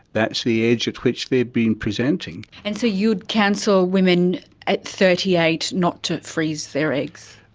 that's the age at which they've been presenting. and so you would counsel women at thirty eight not to freeze their eggs?